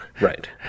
right